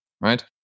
right